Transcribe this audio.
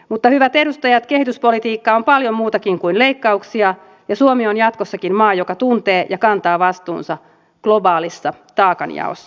mutta hyvät edustajat kehityspolitiikka on paljon muutakin kuin leikkauksia ja suomi on jatkossakin maa joka tuntee ja kantaa vastuunsa globaalissa taakanjaossa